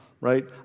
right